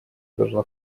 должна